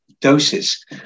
doses